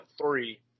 three